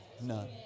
None